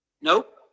Nope